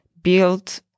built